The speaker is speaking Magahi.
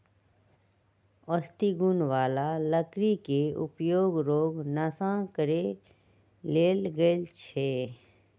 औषधि गुण बला लकड़ी के उपयोग रोग नाश करे लेल कएल जाइ छइ